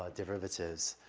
ah derivatives.